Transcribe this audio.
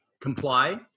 comply